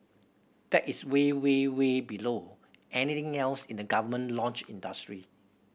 that is way way way below anything else in the government launch industry